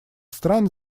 стран